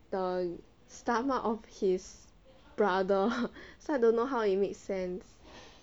the stomach of his brother so I don't know how it make sense